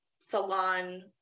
salon